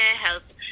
Health